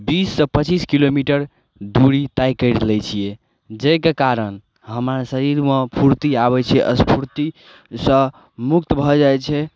बीस से पच्चीस किलोमीटर दूरी तय करि लै छियै जाहिके कारण हमरा शरीरमे फूर्ती आबै छै अस्फूर्ति सऽ मुक्त भऽ जाइ छै